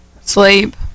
Sleep